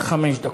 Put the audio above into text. חמש דקות.